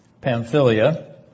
Pamphylia